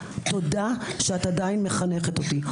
תודה שאת עדיין מחנכת אותי.